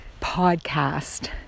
podcast